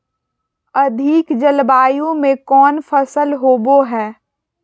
अधिक जलवायु में कौन फसल होबो है?